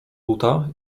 buta